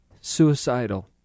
suicidal